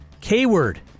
K-Word